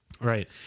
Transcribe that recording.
Right